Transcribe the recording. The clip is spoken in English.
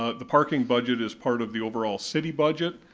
ah the parking budget is part of the overall city budget.